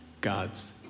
God's